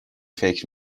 فکر